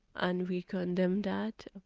and we condemn that,